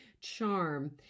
charm